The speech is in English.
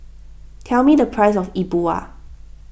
tell me the price of E Bua